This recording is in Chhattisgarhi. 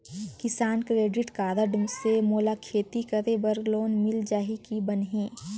किसान क्रेडिट कारड से मोला खेती करे बर लोन मिल जाहि की बनही??